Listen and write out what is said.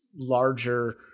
larger